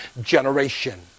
generation